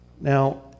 Now